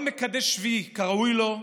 "כל מקדש שביעי כראוי לו,